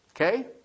Okay